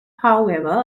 however